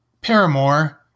Paramore